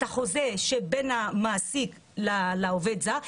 את החוזה שבין המעסיק לעובד זר,